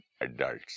adults